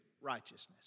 righteousness